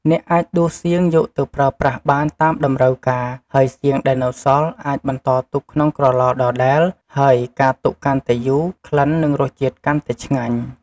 អ្នកអាចដួសសៀងយកទៅប្រើប្រាស់បាន តាមតម្រូវការ ហើយសៀងដែលនៅសល់ អាចបន្តទុកក្នុងក្រឡដដែល ហើយការទុកកាន់តែយូរ ក្លិននិងរសជាតិកាន់តែឆ្ងាញ់។